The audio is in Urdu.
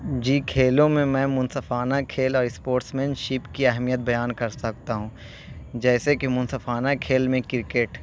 جی کھیلوں میں میں منصفانہ کھیل اور اسپورٹس مین شپ کی اہمیت بیان کر سکتا ہوں جیسے کہ منصفانہ کھیل میں کرکٹ